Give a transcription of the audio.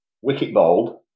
wicket-bowled